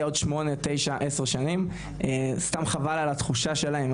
בעוד שמונה-תשע-עשר שנים וסתם חבל על התחושה שלהם.